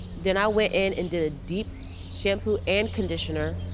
then i went in and did a deep shampoo and conditioner.